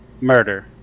Murder